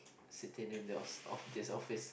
sitting in yours of this office